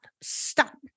stop